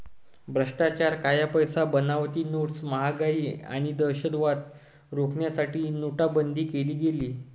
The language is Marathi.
भ्रष्टाचार, काळा पैसा, बनावटी नोट्स, महागाई आणि दहशतवाद रोखण्यासाठी नोटाबंदी केली गेली